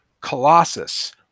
Colossus